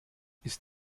ist